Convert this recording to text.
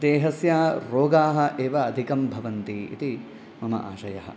देहस्य रोगाः एव अधिकाः भवन्ति इति मम आशयः